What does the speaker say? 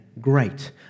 great